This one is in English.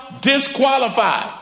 disqualified